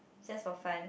just for fun